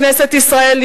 כנסת ישראל,